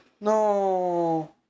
No